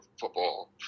football